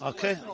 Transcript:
Okay